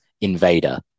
invader